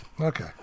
okay